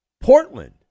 Portland